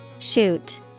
Shoot